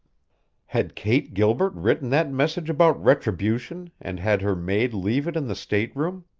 had kate gilbert written that message about retribution and had her maid leave it in the stateroom?